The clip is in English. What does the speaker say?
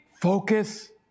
focus